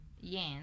yen